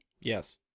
Yes